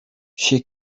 she